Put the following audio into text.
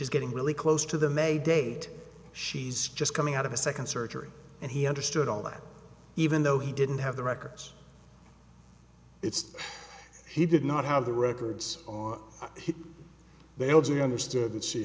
is getting really close to the may date she's just coming out of a second surgery and he understood all that even though he didn't have the records it's he did not have the records or they'll be understood that she